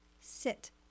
Sit